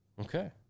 okay